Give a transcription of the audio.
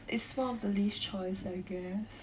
it's one of the least choice I guess